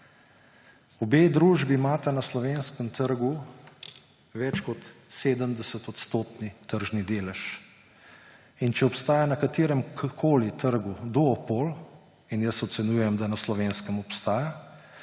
Obe družbi imata na slovenskem trgu več kot 70-odstotni tržni delež. In če obstaja na kateremkoli trgu duopol, in jaz ocenjujem, da na slovenskem obstaja,